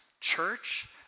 church